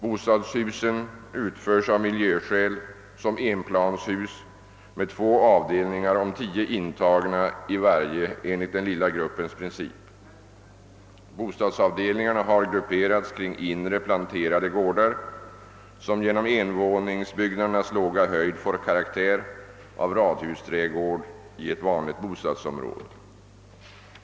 Bostadshusen utförs av miljöskäl som enplanshus med två avdelningar om tio intagna i varje enligt den lilla gruppens princip. - Bostadsavdelningarna har grupperats kring inre planterade gårdar, som genom envåningsbyggnadernas låga höjd får karaktär av radhusträdgård i ett vanligt bostadsområde.